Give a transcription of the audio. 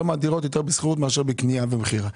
שם הדירות יותר בשכירות מאשר בקנייה ומכירה.